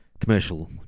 commercial